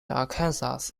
arkansas